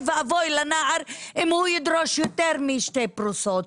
ואבוי לנער אם הוא ידרוש יותר משתי פרוסות.